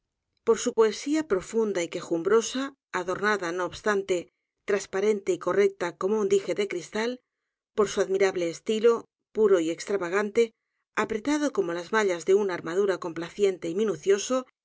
por su poesía p r o funda y quejumbrosa adornada no obstante t r a s p a renté y correcta como un dije de cristal por su admirable estilo puro y extravagante apretado como las mallas de una a r m a d u r a complaciente y minucioso